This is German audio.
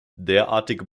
derartige